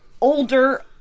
older